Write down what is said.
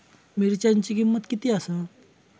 मिरच्यांची किंमत किती आसा?